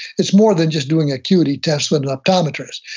it's more than just doing acuity test with an optometrist.